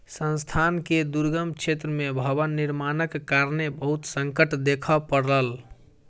संस्थान के दुर्गम क्षेत्र में भवन निर्माणक कारणेँ बहुत संकट देखअ पड़ल